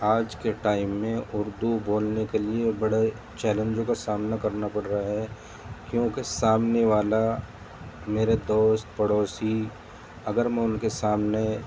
آج کے ٹائم میں اردو بولنے کے لیے بڑے چیلنجوں کا سامنا کرنا پڑ رہا ہے کیونکہ سامنے والا میرے دوست پڑوسی اگر میں ان کے سامنے